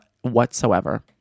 whatsoever